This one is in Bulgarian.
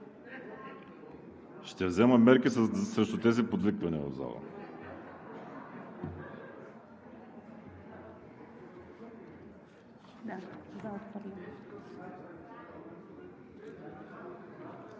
Ще взема мерки срещу тези подвиквания в залата.